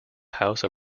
house